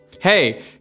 hey